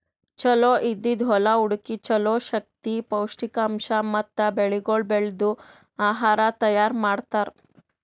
ಚಲೋ ಇದ್ದಿದ್ ಹೊಲಾ ಹುಡುಕಿ ಚಲೋ ಶಕ್ತಿ, ಪೌಷ್ಠಿಕಾಂಶ ಮತ್ತ ಬೆಳಿಗೊಳ್ ಬೆಳ್ದು ಆಹಾರ ತೈಯಾರ್ ಮಾಡ್ತಾರ್